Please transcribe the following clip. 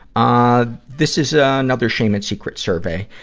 ah this is ah another shame and secret survey,